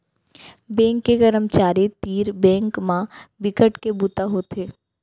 bank के करमचारी तीर बेंक म बिकट के बूता होथे